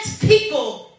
people